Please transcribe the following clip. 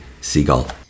seagull